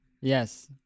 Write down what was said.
Yes